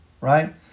right